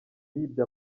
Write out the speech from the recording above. yibye